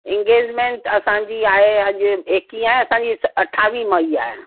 engagement असांजी आहे अॼु एकवीह आहे असांजी अठावीह मई आहे